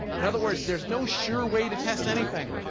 in other words, there's no sure way to test anything,